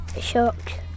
Shocked